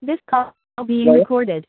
this call bean recorded